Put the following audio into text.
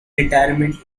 retirement